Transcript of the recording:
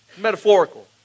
metaphorical